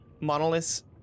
monoliths